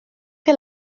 que